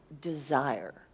desire